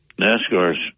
NASCAR's